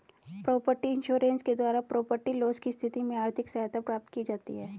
property insurance के द्वारा property loss की स्थिति में आर्थिक सहायता प्राप्त की जाती है